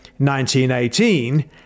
1918